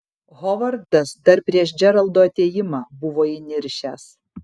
hovardas dar prieš džeraldo atėjimą buvo įniršęs